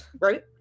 right